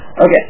Okay